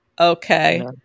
Okay